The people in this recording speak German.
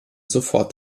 sofort